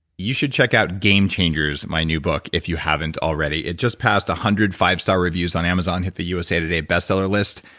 you should check out game changers, my new book, if you haven't already. it just passed one hundred five-star reviews on amazon, hit the usa today bestseller list,